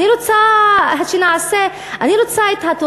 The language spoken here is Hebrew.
אני רוצה את התוצאה,